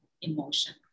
emotion